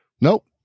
Nope